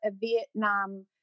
Vietnam